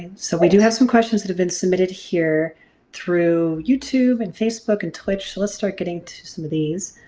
you know so we do have some questions that have been submitted here through youtube and facebook and twitch so let's start getting to some of these.